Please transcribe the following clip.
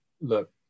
look